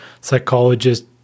psychologist